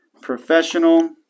professional